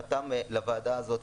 חתם לוועדה הזאת.